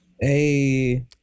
Hey